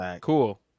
Cool